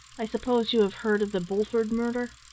i suppose you have heard of the bulford murder?